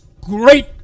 great